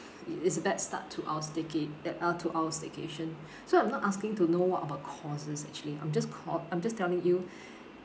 i~ it's a bad start to our stayca~ eh uh to our staycation so I'm not asking to know what about causes actually I'm just called I'm just telling you